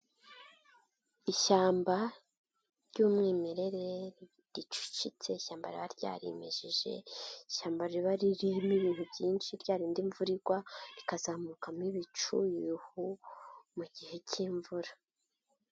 Ishyamba ry'umwimerere ricucitse, ishyamba riba ryarimejeje, ishyamba riba ririmo ibintu byinshi rya rindi imvura igwa rikazamukamo ibicu, ibihu, mu gihe cy'imvura.